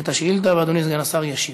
את השאילתה ואדוני סגן השר ישיב.